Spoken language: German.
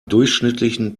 durchschnittlichen